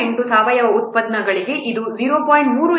38 ಸಾವಯವ ಉತ್ಪನ್ನಗಳಿಗೆ ಇದು 0